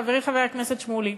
חברי חבר הכנסת שמולי,